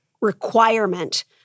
requirement